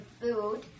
food